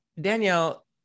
Danielle